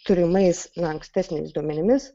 turimais na ankstesniais duomenimis